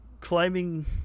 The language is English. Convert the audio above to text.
climbing